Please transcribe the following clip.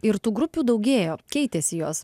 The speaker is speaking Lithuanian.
ir tų grupių daugėjo keitėsi jos